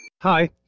Hi